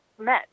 met